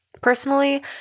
Personally